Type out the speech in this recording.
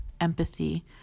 empathy